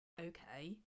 okay